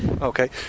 Okay